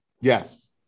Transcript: Yes